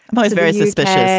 but it's very suspicious,